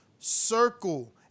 Circle